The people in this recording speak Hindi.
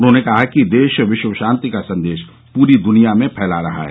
उन्होंने कहा कि देश विश्वमारती का संदेश पूरी दुनिया में फैला रहा है